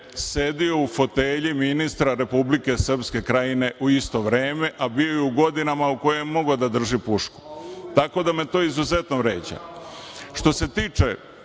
sedeo u fotelji ministra Republike Srpske Krajine u isto vreme, a bio je u godinama u kojima je mogao da drži pušku. To me izuzetno vređa. Što se tiče